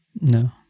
No